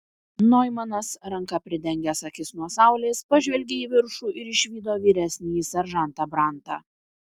noimanas ranka pridengęs akis nuo saulės pažvelgė į viršų ir išvydo vyresnįjį seržantą brantą